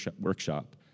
workshop